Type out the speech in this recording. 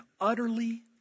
utterly